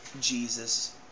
Jesus